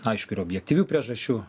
aišku yra objektyvių priežasčių